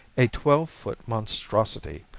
a twelve-foot monstrosity,